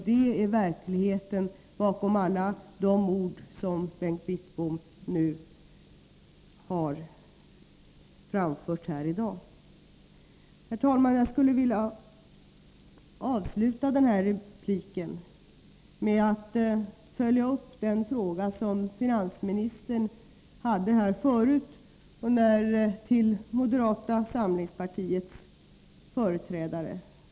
Det är verkligheten bakom alla de ord som Bengt Wittbom har framfört här i dag. Herr talman! Jag skulle vilja avsluta den här repliken med att följa upp den fråga som finansministern förut ställde till moderata samlingspartiets företrädare.